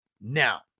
now